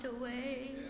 away